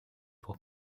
pour